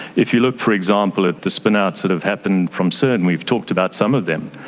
if you look, for example, at the spin-outs that have happened from cern, we've talked about some of them,